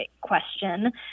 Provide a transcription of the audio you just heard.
question